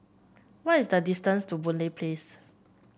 what is the distance to Boon Lay Place